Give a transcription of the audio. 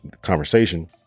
conversation